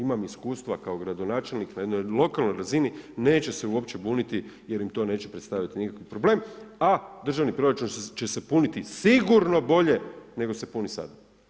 Imam iskustva kao gradonačelnik na jednoj lokalnoj razini, neće se uopće buniti jer im to neće predstavljati nikakav problem, a državni proračun će se puniti sigurno bolje nego se puni sada.